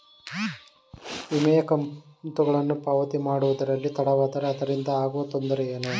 ವಿಮೆಯ ಕಂತುಗಳನ್ನು ಪಾವತಿ ಮಾಡುವುದರಲ್ಲಿ ತಡವಾದರೆ ಅದರಿಂದ ಆಗುವ ತೊಂದರೆ ಏನು?